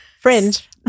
Fringe